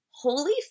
Holy